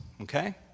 okay